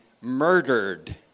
murdered